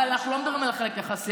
אבל אנחנו לא מדברים על החלק היחסי,